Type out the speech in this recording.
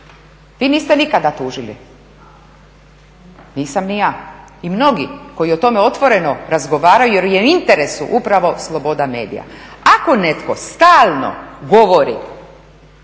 Vi niste nikada tužili, nisam ni ja i mnogi koji o tome otvoreno razgovaraju jer im je u interesu upravo sloboda medija. Ako netko stalno govori